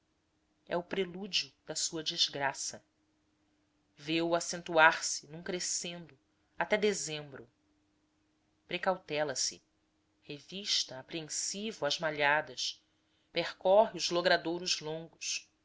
é o prelúdio da sua desgraça vê o acentuar se num crescendo até dezembro precautela se revista apreensivo as malhadas percorre os logradouros longos